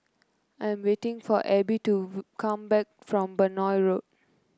I am waiting for Abbey to come back from Benoi Road